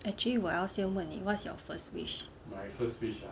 actually 我要先问你 what is your first wish